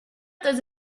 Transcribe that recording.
those